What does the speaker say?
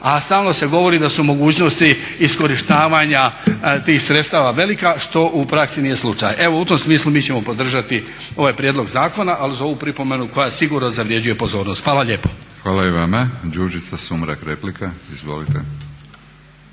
a stalno se govori da su mogućnosti iskorištavanja tih sredstava velika što u praksi nije slučaj. Evo u tom smislu mi ćemo podržati ovaj prijedlog zakona ali uz ovu pripomenu koja sigurno zavrjeđuje pozornost. Hvala lijepo. **Batinić, Milorad (HNS)** Hvala i vama. Đurđica Sumrak, replika, izvolite.